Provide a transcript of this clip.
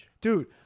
Dude